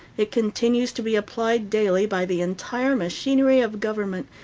it continues to be applied daily by the entire machinery of government,